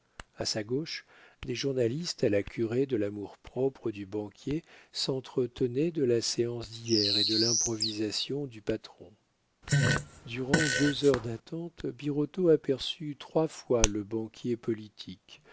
a sa gauche des journalistes à la curée de l'amour-propre du banquier s'entretenaient de la séance d'hier et de l'improvisation du patron durant deux heures d'attente birotteau aperçut trois fois le banquier politique